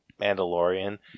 mandalorian